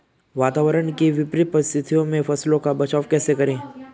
वातावरण की विपरीत परिस्थितियों में फसलों का बचाव कैसे करें?